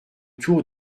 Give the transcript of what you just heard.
tour